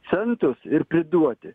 centus ir priduoti